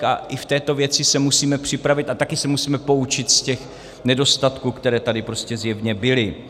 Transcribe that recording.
A i v této věci se musíme připravit a taky se musíme poučit z těch nedostatků, které tady prostě zjevně byly.